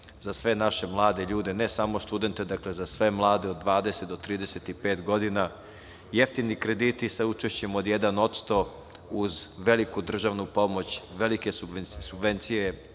za sve naše mlade ljude, ne samo studente, dakle, za sve mlade od 20 do 35 godina, jeftini krediti sa učešćem od 1%, uz veliku državnu pomoć, velike subvencije